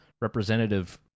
Representative